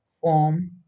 form